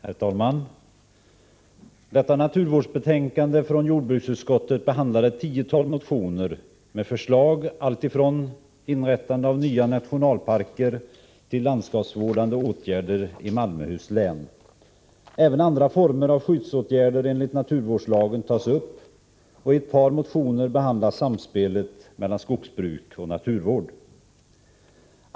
Herr talman! Detta naturvårdsbetänkande från jordbruksutskottet behandlar ett tiotal motioner med förslag om alltifrån inrättande av nya nationalparker till landskapsvårdande åtgärder i Malmöhus län. Även andra former av skyddsåtgärder enligt naturvårdslagen tas upp, och i ett par motioner behandlas samspelet mellan skogsbruk och naturvård.